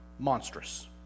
monstrous